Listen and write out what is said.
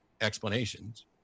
explanations